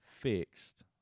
fixed